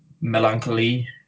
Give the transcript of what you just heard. melancholy